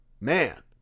Man